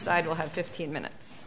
side will have fifteen minutes